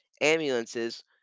ambulances